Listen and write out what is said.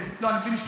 אני בלי משקפיים.